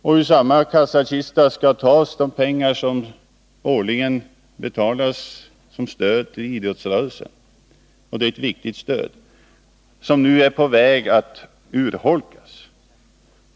Och ur samma kassakista skall de pengar tas som årligen betalas som stöd till idrottsrörelsen. Det är ett mycket viktigt stöd, som nu är på väg att urholkas.